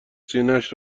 سینهاش